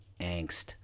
angst